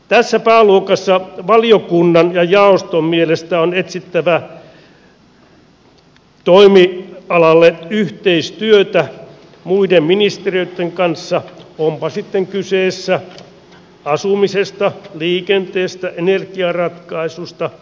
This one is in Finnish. tässä pääluokassa valiokunnan ja jaoston mielestä on etsittävä toimialalle yhteistyötä muiden ministeriöitten kanssa onpa sitten kyse asumisesta liikenteestä energiaratkaisuista